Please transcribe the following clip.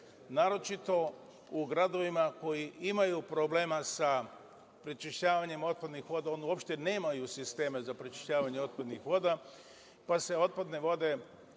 naročito u gradovima koji imaju problema sa prečišćavanjem otpadnih voda. Oni uopšte nemaju sisteme za prečišćavanje otpadnih voda, pa se otpadne vode